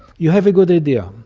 you have a good idea,